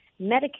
Medicaid